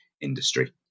industry